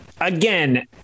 again